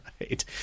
right